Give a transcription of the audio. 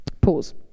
Pause